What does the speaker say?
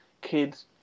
kids